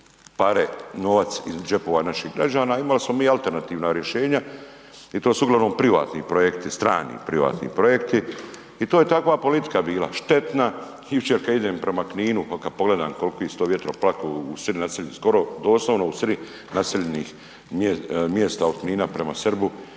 pare novac iz džepova naših građana. Imali smo mi alternativna rješenja i to su uglavnom privatni projekti, strani privatni projekti i to je takva politika bila, štetna. Jučer kada idem prema Kninu kada pogledam koliki su to vjetro… skoro doslovno … mjesta od Knina prema Srbu,